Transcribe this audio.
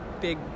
big